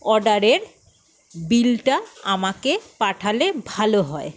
অর্ডারের বিলটা আমাকে পাঠালে ভালো হয়